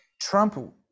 Trump